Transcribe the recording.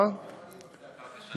גם אני נוסע פעם בשנה.